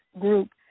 group